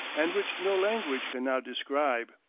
and which no language can now describe.